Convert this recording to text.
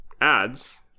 ads